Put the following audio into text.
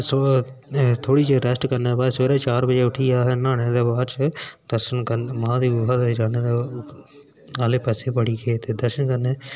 थोह्ड़ी चिर रैस्ट करने दे बाद सवेरे चार बजे उट्ठियै न्हाने दे बाद महादेव दे चरणें आह्ले पास्सै बड़ियै दर्शन करने आस्तै